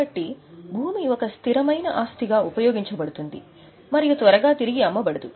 కాబట్టి భూమి ఒక స్థిరమైన ఆస్తిగా ఉపయోగించబడుతుంది మరియు త్వరగా తిరిగి అమ్మబడదు